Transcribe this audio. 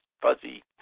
fuzzy